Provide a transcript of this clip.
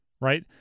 right